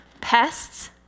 pests